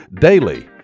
Daily